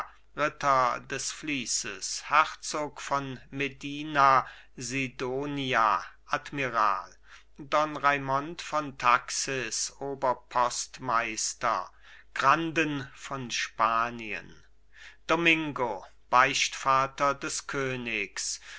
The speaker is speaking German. ritter des vlieses herzog von medina sidonia admiral don raimond von taxis oberpostmeister granden von spanien domingo beichtvater des königs